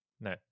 No